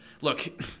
look